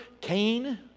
Cain